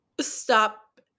stop